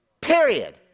Period